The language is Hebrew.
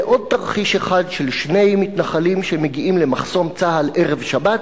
ועוד תרחיש אחד של שני מתנחלים שמגיעים למחסום צה"ל ערב שבת,